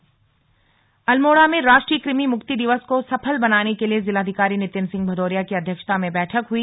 राष्ट्रीय कृमि मुक्ति दिवस अल्मोड़ा में राष्ट्रीय कृमि मुक्ति दिवस को सफल बनाने के लिए जिलाधिकारी नितिन सिंह भदौरिया की अध्यक्षता में बैठक हुई